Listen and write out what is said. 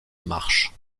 marche